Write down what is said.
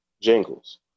Jingles